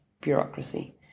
bureaucracy